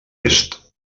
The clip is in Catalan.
est